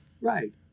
Right